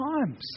times